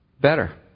better